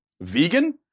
Vegan